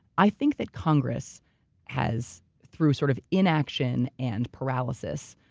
i think that congress has, through sort of inaction and paralysis,